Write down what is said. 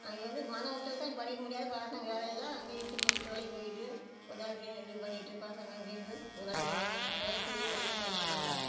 இது வந்து மன உளச்சல் தான் படிக்க முடியாத பசங்களெல்லாம் அங்கேயும் சும்மா சிக்குற வேலைக்கு போய்விட்டு சே இது பண்ணிவிட்டு பசங்க எல்லாம் சேர்ந்து ஒரு வேலைக்கு போகிறாங்க அந்த வேலை தொழில் ஒருமே செய்ய மாட்டாங்க